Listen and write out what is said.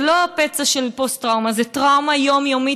זה לא פצע של פוסט-טראומה, זו טראומה יומיומית.